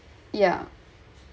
yeah